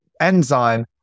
enzyme